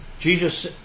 Jesus